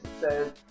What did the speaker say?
says